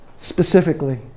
specifically